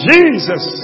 Jesus